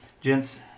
Gents